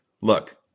Look